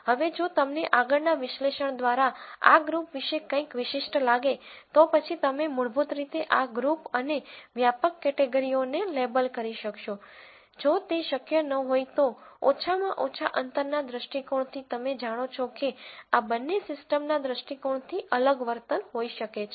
હવે જો તમને આગળના વિશ્લેષણ દ્વારા આ ગ્રુપ વિશે કંઇક વિશિષ્ટ લાગે તો પછી તમે મૂળભૂત રીતે આ ગ્રુપ અને વ્યાપક કેટેગરીઓને લેબલ કરી શકશો જો તે શક્ય ન હોય તો ઓછામાં ઓછા અંતરના દૃષ્ટિકોણથી તમે જાણો છો કે આ બંને સિસ્ટમના દૃષ્ટિકોણથી અલગ વર્તન હોઈ શકે છે